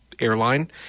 airline